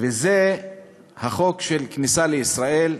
חוק הכניסה לישראל,